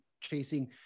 chasing